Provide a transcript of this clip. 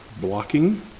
blocking